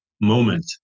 moment